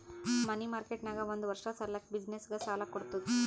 ಮನಿ market ನಾಗ್ ಒಂದ್ ವರ್ಷ ಸಲ್ಯಾಕ್ ಬಿಸಿನ್ನೆಸ್ಗ ಸಾಲಾ ಕೊಡ್ತುದ್